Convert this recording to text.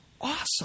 awesome